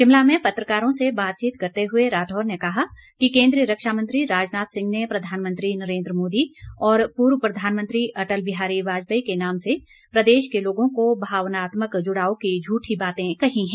शिमला में पत्रकारों से बातचीत करते हुए राठौर ने कहा कि केन्द्रीय रक्षा मंत्री राजनाथ सिंह ने प्रधानमंत्री नरेन्द्र मोदी और पूर्व प्रधानमंत्री अटल बिहारी वाजपेयी के नाम से प्रदेश के लोगों को भावनात्मक जुड़ाव की झूठी बातें कही हैं